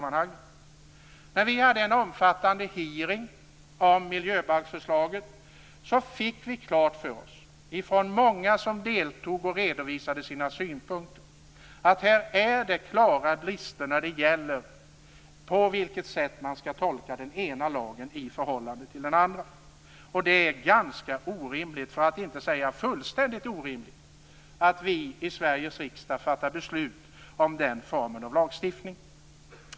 När vi hade en omfattande hearing om miljöbalksförslaget fick vi från många som deltog och redovisade sina synpunkter klart för oss att här föreligger det klara brister när det gäller på vilket sätt som man skall tolka den ena lagen i förhållande till den andra. Det är ganska orimligt - för att inte säga fullständigt orimligt - att vi i Sveriges riksdag fattar beslut om den formen av lagstiftning.